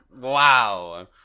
Wow